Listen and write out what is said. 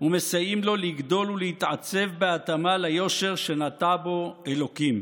ומסייעים לו לגדול ולהתעצב בהתאמה ליושר שנטע בו אלוקים.